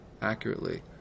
accurately